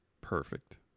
Perfect